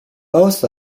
both